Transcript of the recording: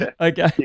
Okay